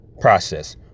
process